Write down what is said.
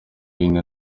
yindi